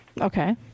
Okay